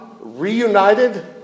reunited